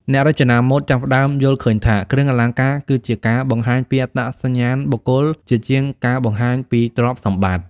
អ្នករចនាម៉ូដចាប់ផ្ដើមយល់ឃើញថា គ្រឿងអលង្ការគឺជាការបង្ហាញពីអត្តសញ្ញាណបុគ្គល ជាជាងការបង្ហាញពីទ្រព្យសម្បត្តិ។